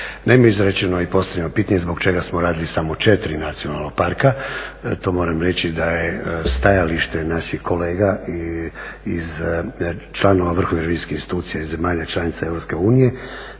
Naime, izrečeno je i postavljeno pitanje zbog čega smo radili samo u 4 nacionalna parka? To moram reći da je stajalište naših kolega i članova vrhovnih revizijskih institucija iz zemalja članica EU